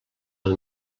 del